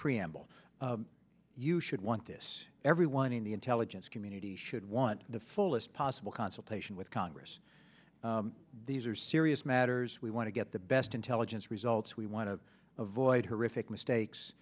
preamble you should want this everyone in the intelligence community should want the fullest possible consultation with congress these are serious matters we want to get the best intelligence results we want to avoid horrific mistakes